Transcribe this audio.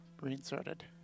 reinserted